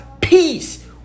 peace